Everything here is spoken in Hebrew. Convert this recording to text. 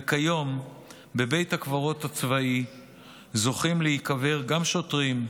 וכיום בבית הקברות הצבאי זוכים להיקבר גם שוטרים,